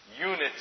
unity